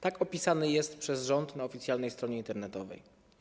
Tak opisany jest przez rząd na oficjalnej stronie internetowej.